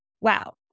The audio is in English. wow